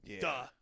Duh